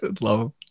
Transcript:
love